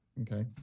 Okay